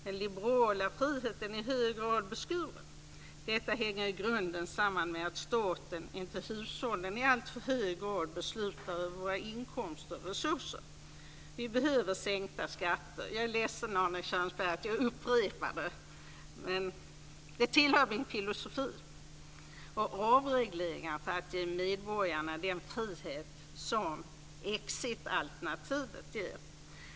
Den liberala friheten är i hög grad beskuren. Detta hänger i grunden samman med att staten snarare än hushållen i alltför hög grad beslutar över våra inkomster och resurser. Vi behöver sänkta skatter. Jag är ledsen, Arne Kjörnsberg, att jag upprepar det. Men det tillhör min filosofi. Vi behöver också avregleringar för att ge medborgarna den frihet som exit-alternativet ger.